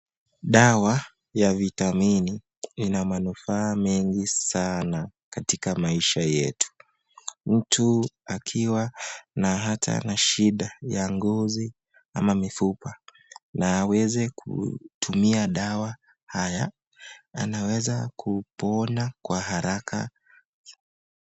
Dawa ya vitamini ina manufaa mengi sana katika maisha yetu. Mtu akiwa na ata na shinda ya ngozi ama mifupa na aweze kutumia dawa haya anaweza kupona kwa haraka.